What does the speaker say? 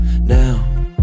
now